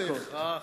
לא בהכרח.